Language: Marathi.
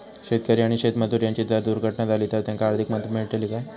शेतकरी आणि शेतमजूर यांची जर दुर्घटना झाली तर त्यांका आर्थिक मदत मिळतली काय?